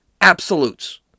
absolutes